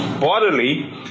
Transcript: bodily